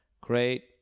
great